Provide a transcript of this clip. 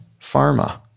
Pharma